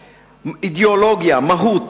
מהות,